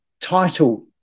title